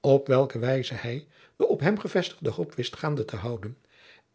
op welke wijze hij de op hem gevestigde hoop wist gaande te houden